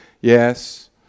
Yes